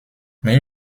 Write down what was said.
mais